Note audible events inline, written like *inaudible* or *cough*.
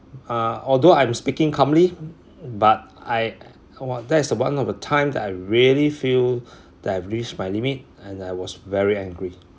uh although I'm speaking calmly but I uh !wah! that is one of the time that I really feel *breath* that reach my limit and that I was very angry